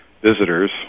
visitors